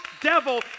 devil